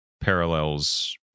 parallels